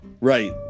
Right